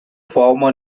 former